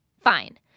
fine